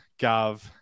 Gov